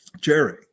Jerry